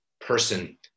person